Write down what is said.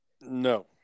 No